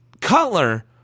Cutler